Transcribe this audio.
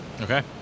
okay